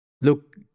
Look